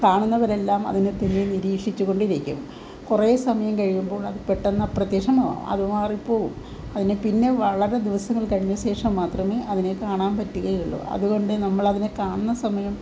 കാണുന്നവരെല്ലാം അതിനെ തന്നെ നിരീക്ഷിച്ച് കൊണ്ടിരിക്കും കുറെ സമയം കഴിയുമ്പോൾ അത് പെട്ടന്ന് അപ്രത്യക്ഷമാകും അത് മാറി പോകും അതിനെ പിന്നെ വളരെ ദിവസങ്ങൾ കഴിഞ്ഞ് ശേഷം മാത്രമേ അതിനെ കാണാൻ പറ്റുകയുള്ളു അതുകൊണ്ട് നമ്മളതിനെ കാണുന്ന സമയം